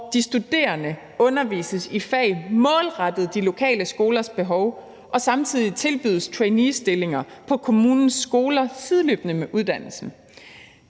hvor de studerende undervises i fag målrettet de lokale skolers behov og samtidig tilbydes traineestillinger på kommunens skoler sideløbende med uddannelsen.